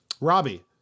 Robbie